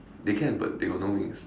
they can but they got no wings